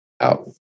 Out